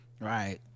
right